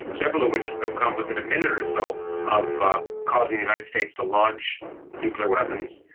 several of which have come within a minute or so of causing the united states to launch nuclear weapons.